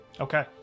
Okay